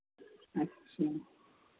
अच्छा